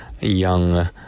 young